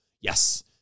Yes